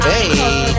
Hey